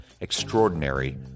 extraordinary